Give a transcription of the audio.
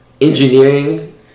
engineering